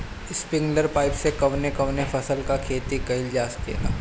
Sprinkler pipe से कवने कवने फसल क खेती कइल जा सकेला?